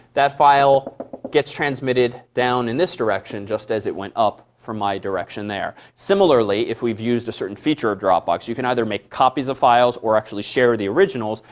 that file gets transmitted down in this direction, just as it went up from my direction there. similarly, if we've used a certain feature of dropbox, you can either make copies of files or actually share the originals.